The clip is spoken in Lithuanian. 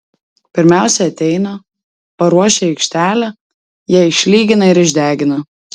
pirmiausia ateina paruošia aikštelę ją išlygina ir išdegina